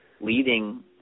leading